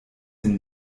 den